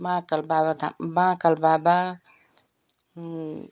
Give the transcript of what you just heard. महाकाल बाबा धाम महाकाल बाबा